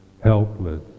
helpless